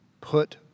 put